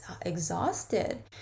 exhausted